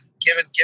given